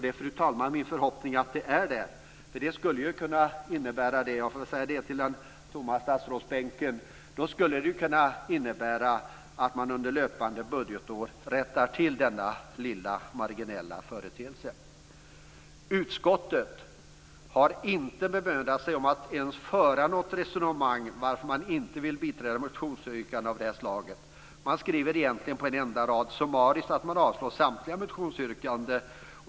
Det är min förhoppning att det är det, fru talman. Det skulle ju kunna innebära - jag får säga det till den tomma statsrådsbänken - att man under löpande budgetår rättar till denna lilla marginella företeelse. Utskottet har inte ens bemödat sig om att föra något resonemang om varför man inte vill biträda motionsyrkanden av det här slaget. Man skriver egentligen på en enda rad summariskt att man avstyrker samtliga motionsyrkanden.